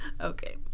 okay